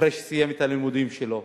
אחרי שסיים את הלימודים שלו.